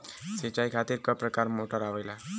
सिचाई खातीर क प्रकार मोटर आवेला?